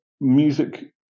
music